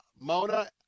Mona